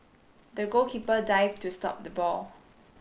the goalkeeper dived to stop the ball